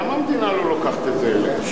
למה המדינה לא לוקחת את זה אליה?